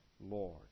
Lord